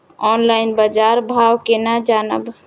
Online बाजार भाव केना जानब?